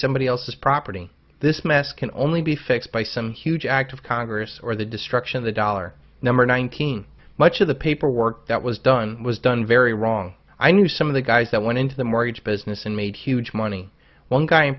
somebody else's property this mess can only be fixed by some huge act of congress or the destruction of the dollar number nineteen much of the paperwork that was done was done very wrong i knew some of the guys that went into the mortgage business and made huge money one guy in